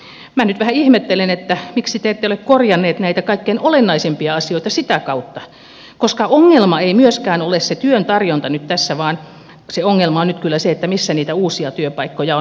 minä nyt vähän ihmettelen miksi te ette ole korjanneet näitä kaikkein olennaisimpia asioita sitä kautta koska ongelma ei myöskään ole se työn tarjonta nyt tässä vaan se ongelma on nyt kyllä se missä niitä uusia työpaikkoja on